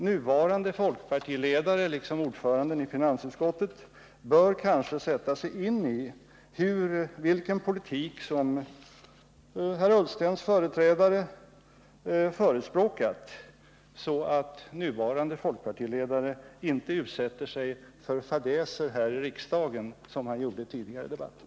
Nuvarande folkpartiledare bör kanske — liksom ordföranden i finansutskottet — sätta sig in i vilken politik herr Ullstens företrädare förespråkat, så att han inte utsätter sig för fadäser här i riksdagen som han gjorde tidigare i debatten.